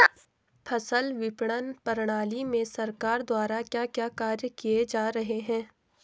फसल विपणन प्रणाली में सरकार द्वारा क्या क्या कार्य किए जा रहे हैं?